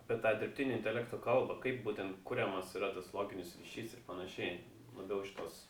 apie tą dirbtinio intelekto kalbą kaip būtent kuriamas yra tas loginis ryšys ir panašiai labiau iš tos